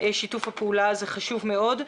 שיתוף הפעולה הזה חשוב מאוד.